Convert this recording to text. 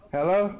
Hello